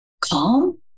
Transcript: calm